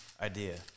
idea